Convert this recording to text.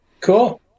Cool